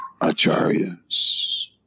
acharyas